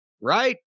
right